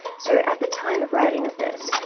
so at the time of writing of this,